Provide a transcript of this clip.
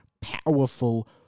powerful